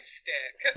stick